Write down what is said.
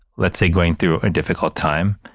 let's say, going through a difficult time